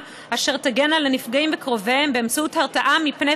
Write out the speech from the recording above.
אשר תגן על הנפגעים וקרוביהם באמצעות הרתעה מפני